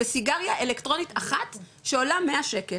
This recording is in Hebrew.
לסיגריה אלקטרונית אחת שעולה 100 שקל,